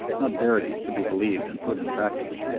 not verities to be believed and put in practice.